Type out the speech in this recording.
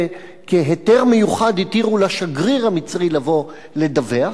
וכהיתר מיוחד התירו לשגריר המצרי לבוא לדווח.